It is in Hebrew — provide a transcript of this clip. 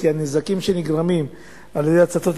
כי הנזקים שנגרמים על-ידי הצתות,